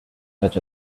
such